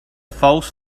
false